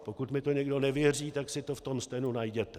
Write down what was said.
Pokud mi to někdo nevěří, tak si to v tom stenu najděte.